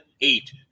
eight